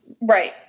right